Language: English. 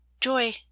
Joy